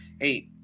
Hey